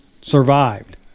survived